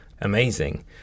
amazing